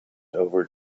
over